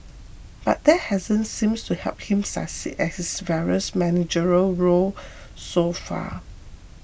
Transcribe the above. but that hasn't seemed to help him succeed at his various managerial role so far